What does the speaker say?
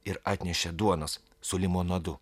ir atnešė duonos su limonadu